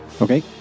Okay